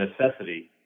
necessity